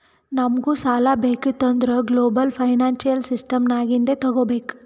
ನಮುಗ್ ಸಾಲಾ ಬೇಕಿತ್ತು ಅಂದುರ್ ಗ್ಲೋಬಲ್ ಫೈನಾನ್ಸಿಯಲ್ ಸಿಸ್ಟಮ್ ನಾಗಿಂದೆ ತಗೋಬೇಕ್